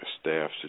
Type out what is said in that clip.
staff